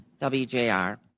WJR